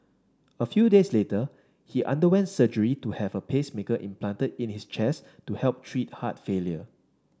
a few days later he underwent surgery to have a pacemaker implanted in his chest to help treat heart failure